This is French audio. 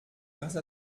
grâce